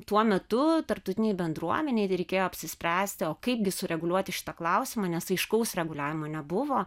tuo metu tarptautinei bendruomenei reikėjo apsispręsti o kaipgi sureguliuoti šitą klausimą nes aiškaus reguliavimo nebuvo